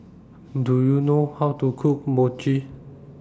Do YOU know How to Cook Mochi